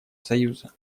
союза